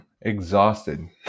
exhausted